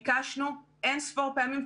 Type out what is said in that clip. ביקשנו אין-ספור פעמים,